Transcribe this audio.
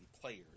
players